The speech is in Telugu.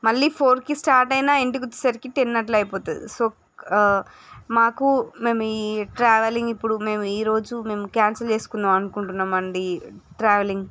మళ్ళీ ఫోర్కి స్టార్ట్ అయినా ఇంటికి వచ్చేసరికి టెన్ అట్లా అయిపోతుంది సో మాకు మేము ఈ ట్రావెలింగ్ ఇప్పుడు మేము ఈరోజు మేము క్యాన్సిల్ చేసుకుందాం అనుకుంటున్నాం అండి ట్రావెలింగ్